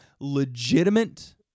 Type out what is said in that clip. legitimate